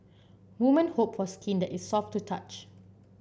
women hope for skin that is soft to touch